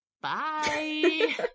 Bye